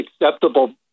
acceptable